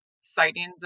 sightings